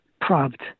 prompt